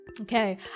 Okay